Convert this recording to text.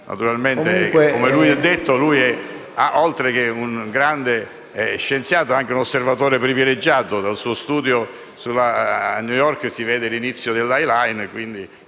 Piano. Come lui ha detto, oltre che un grande scienziato, è anche un osservatore privilegiato; dal suo studio di New York si vede l'inizio della High Line